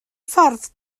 ffordd